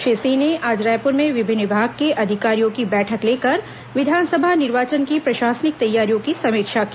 श्री सिंह ने आज रायपुर में विभिन्न विभाग के अधिकारियों की बैठक लेकर विधानसभा निर्वाचन की प्रशासनिक तैयारियों की समीक्षा की